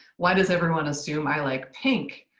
why does everyone assume i like pink?